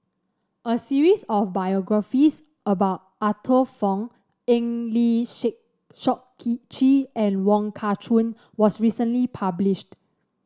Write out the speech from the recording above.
a series of biographies about Arthur Fong Eng Lee Shake Seok Chee and Wong Kah Chun was recently published